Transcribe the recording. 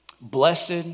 blessed